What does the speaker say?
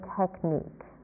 technique